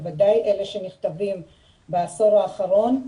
בוודאי אלה שנכתבים בעשור האחרון,